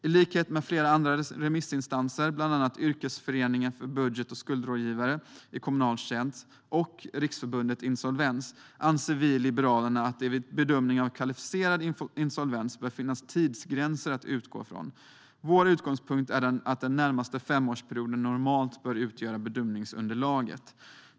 I likhet med flera remissinstanser, bland annat Yrkesföreningen för budget och skuldrådgivare i kommunal tjänst samt Riksförbundet Insolvens, anser vi i Liberalerna att det vid bedömningen av kvalificerad insolvens bör finnas tidsgränser att utgå från. Vår utgångspunkt är att den närmaste femårsperioden normalt bör utgöra bedömningsunderlag.